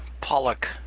Pollock